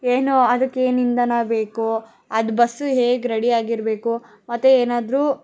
ಏನೋ ಅದಕ್ಕೇನು ಇಂಧನ ಬೇಕು ಅದು ಬಸ್ಸು ಹೇಗೆ ರೆಡಿಯಾಗಿರಬೇಕು ಮತ್ತೆ ಏನಾದರೂ